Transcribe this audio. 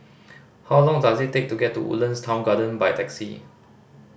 how long does it take to get to Woodlands Town Garden by taxi